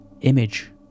image